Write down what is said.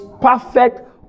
perfect